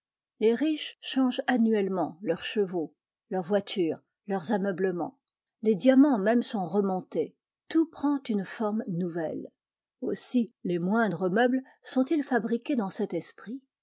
les riches changent annuellement leurs chevaux leurs voitures leurs ameublements les diamants mêmes sont remontés tout prend une forme nouvelle aussi les moindres meubles sont-ils fabriqués dans cet esprit